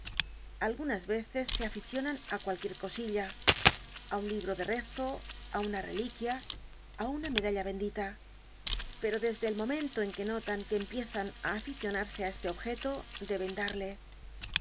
algunas veces se aficionan á cualquier cosilla á un libro de rezo á una reliquia á una medalla bendita pero desde el momento en que notan que empiezan á aficionarse á este objeto deben darle